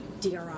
DRI